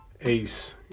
Ace